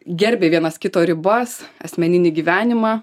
gerbia vienas kito ribas asmeninį gyvenimą